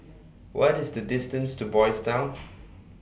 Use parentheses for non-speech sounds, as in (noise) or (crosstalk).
What IS The distance to Boys' Town (noise)